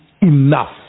enough